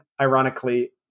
ironically